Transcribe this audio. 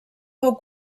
fou